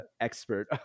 expert